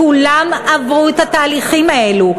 כולם עברו את התהליכים האלו.